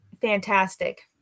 fantastic